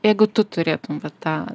jeigu tu turėtum va tą